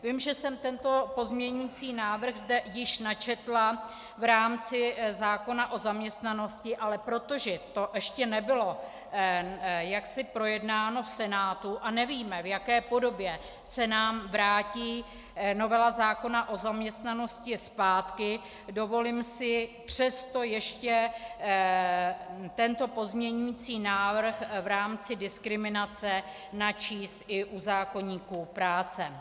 Vím, že jsem tento pozměňující návrh zde již načetla v rámci zákona o zaměstnanosti, ale protože to ještě nebylo jaksi projednáno v Senátu a nevíme, v jaké podobě se nám vrátí novela zákona o zaměstnanosti zpátky, dovolím si přesto ještě tento pozměňující návrh v rámci diskriminace načíst i u zákoníku práce.